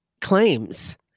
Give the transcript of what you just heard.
claims